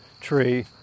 tree